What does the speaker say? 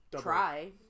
try